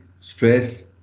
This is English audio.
stress